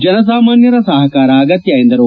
ಜನಸಾಮಾನ್ನರ ಸಹಕಾರ ಅಗತ್ನ ಎಂದರು